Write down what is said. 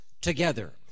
together